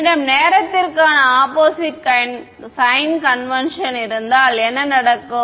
என்னிடம் நேரத்திற்க்கான opposite sign convention இருந்தால் என்ன நடக்கும்